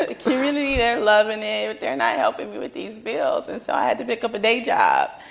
ah community they're loving it. they're not helping me with these bills. and so i had to pick up a day job.